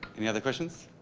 any other questions?